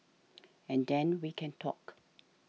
and then we can talk